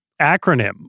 acronym